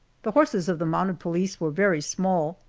the horses of the mounted police were very small,